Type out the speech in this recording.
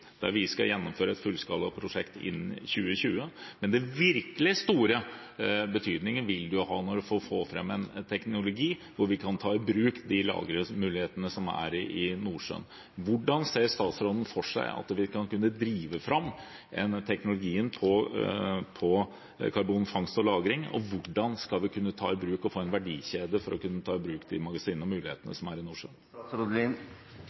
der vi skal gjennomføre et fullskalaprosjekt innen 2020. Men den virkelig store betydningen vil det jo ha når en får fram en teknologi hvor vi kan ta i bruk de lagringsmulighetene som er i Nordsjøen. Hvordan ser statsråden for seg at vi vil kunne drive fram teknologien for karbonfangst og -lagring, og hvordan skal vi kunne ta i bruk, og få en verdikjede for å kunne ta i bruk,